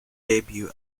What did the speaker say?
debut